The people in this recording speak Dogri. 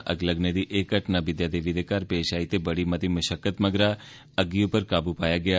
अग्ग लगने दी ए घटना विद्आ देवी दे घर पेष आई ते बड़ी मती मषक्कत मगरा अग्गी उप्पर काबू पाया गेआ